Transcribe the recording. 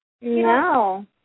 No